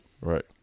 Right